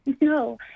No